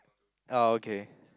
orh okay